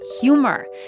humor